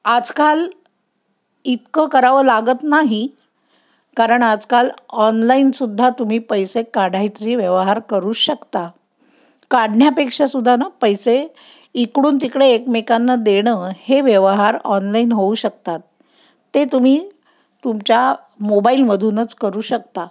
आजकाल इतकं करावं लागत नाही कारण आजकाल ऑनलाईन सुद्धा तुम्ही पैसे काढायचे व्यवहार करू शकता काढण्यापेक्षा सुद्धा ना पैसे इकडून तिकडे एकमेकांना देणं हे व्यवहार ऑनलाईन होऊ शकतात ते तुम्ही तुमच्या मोबाईलमधूनच करू शकता